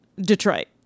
Detroit